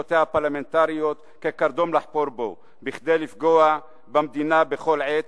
בסמכויותיה הפרלמנטריות כקרדום לחפור בו כדי לפגוע במדינה בכל עת